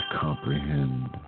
comprehend